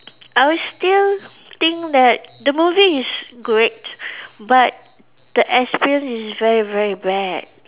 I still think that the movie is good but the experience is very very bad